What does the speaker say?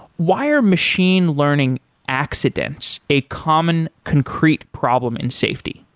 why are machine learning accidents a common concrete problem in safety?